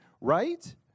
right